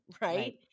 right